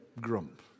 grump